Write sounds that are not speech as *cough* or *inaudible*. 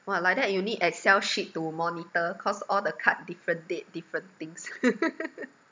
!wah! like that you need excel sheet to monitor cause all the card different date different things *laughs*